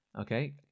Okay